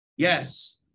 Yes